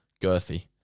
girthy